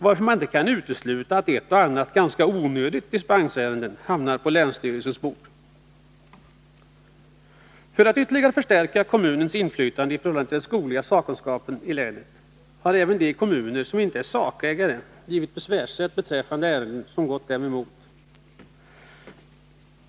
Man kan därför inte utesluta att ett och annat ganska onödigt dispensärende kommer att hamna på länsstyrelsens bord. För att ytterligare förstärka kommunens inflytande i förhållande till den skogliga sakkunskapen i länet har även de kommuner som inte är sakägare givits besvärsrätt beträffande ärenden som gått dem emot.